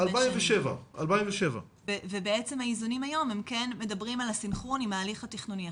2007. ובעצם האיזונים היום הם כן מדברים על הסנכרון עם ההליך התכנוני.